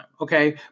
okay